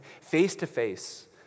face-to-face